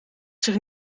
zich